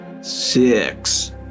six